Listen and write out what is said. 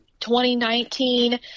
2019